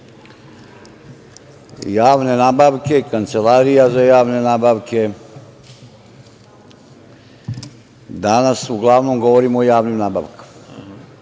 javne nabavke, Kancelarija za javne nabavke, danas uglavnom govorimo o javnim nabavkama.